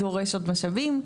דורש עוד משאבים,